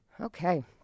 Okay